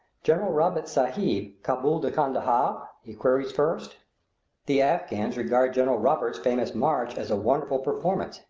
general roberts sahib, cabool to kandahar? he queries first the afghans regard general roberts' famous march as a wonderful performance,